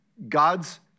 God's